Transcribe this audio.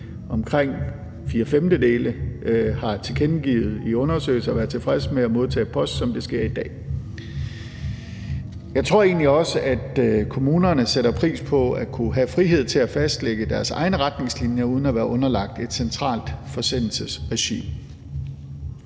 omkring fire femtedele, har tilkendegivet i undersøgelser at være tilfreds med at modtage post, som det sker i dag. Jeg tror egentlig også, at kommunerne sætter pris på at kunne have frihed til at fastlægge deres egne retningslinjer uden at være underlagt et centralt forsendelsesregi.